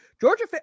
Georgia